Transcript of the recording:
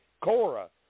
Cora